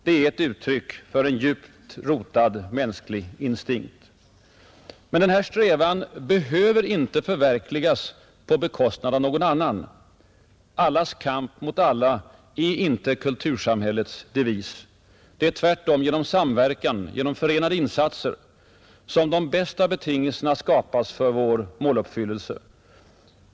Det är uttryck för en djupt rotad mänsklig instinkt. Men denna strävan behöver inte förverkligas på bekostnad av någon annan. Allas kamp mot alla är inte kultursamhällets devis. Det är tvärtom genom samverkan, genom förenade insatser, som de bästa betingelserna skapas för vår måluppfyllelse.